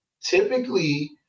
Typically